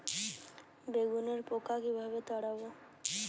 বেগুনের পোকা কিভাবে তাড়াব?